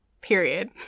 period